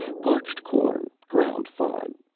parched corn, ground fine.